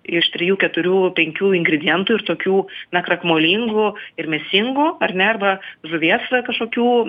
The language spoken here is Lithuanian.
iš trijų keturių penkių ingredientų ir tokių na krakmolingų ir mėsingų ar ne arba žuvies kažkokių